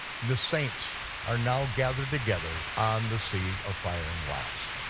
the saints are now gathered together on the sea of fire and glass.